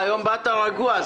היום באת רגוע.